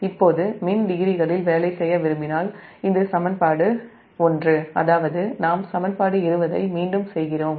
இப்போது மின் டிகிரிகளில் வேலை செய்ய விரும்பினால் இந்த சமன்பாடு அதாவது சமன்பாடு 20 ஐ மீண்டும் செய்கிறோம்